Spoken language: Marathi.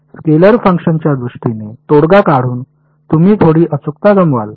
तर स्केलर फंक्शन्सच्या दृष्टीने तोडगा काढून तुम्ही थोडी अचूकता गमवाल